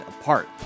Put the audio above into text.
apart